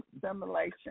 simulation